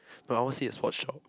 no I want to say it sport shop